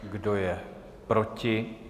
Kdo je proti?